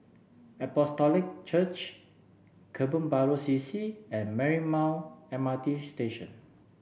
Apostolic Church Kebun Baru C C and Marymount M R T Station